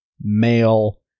male